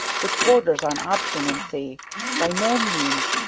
which borders on obstinacy by no means,